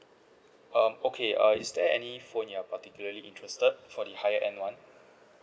um okay uh is there any phone you're particularly interested for the higher end [one]